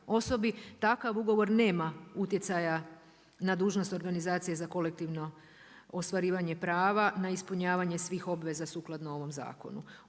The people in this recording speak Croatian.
osobi takav ugovor nema utjecaja na dužnost organizacije za kolektivno ostvarivanje prava, na ispunjavanje svih obveza sukladno ovom zakona.